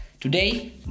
Today